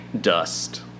dust